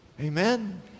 Amen